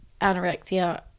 anorexia